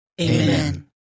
Amen